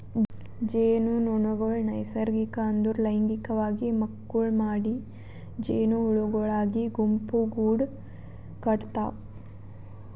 ಜೇನುನೊಣಗೊಳ್ ನೈಸರ್ಗಿಕ ಅಂದುರ್ ಲೈಂಗಿಕವಾಗಿ ಮಕ್ಕುಳ್ ಮಾಡಿ ಜೇನುಹುಳಗೊಳಾಗಿ ಗುಂಪುಗೂಡ್ ಕಟತಾವ್